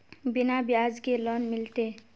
बिना ब्याज के लोन मिलते?